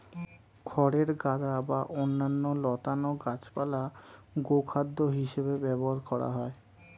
খড়ের গাদা বা অন্যান্য লতানো গাছপালা গোখাদ্য হিসেবে ব্যবহার করা হয়